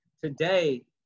today